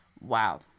wow